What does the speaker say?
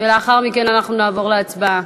ולאחר מכן אנחנו נעבור להצבעה.